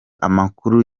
amakuru